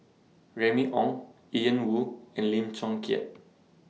Remy Ong Ian Woo and Lim Chong Keat